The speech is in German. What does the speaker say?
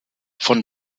von